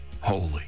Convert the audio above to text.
holy